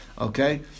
okay